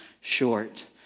short